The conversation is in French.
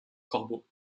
corbeaux